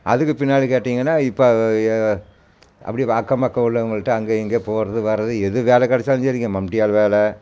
அதுக்கு பின்னாடி கேட்டீங்கன்னா இப்போ அப்படியே அக்கம் பக்கம் உள்ளவங்கள்ட்ட அங்கே இங்கே போகிறது வர்றது எது வேலை கெடைச்சாலும் சரிங்க மம்ட்டி ஆள் வேலை